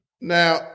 Now